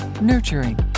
nurturing